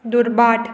दुर्बाट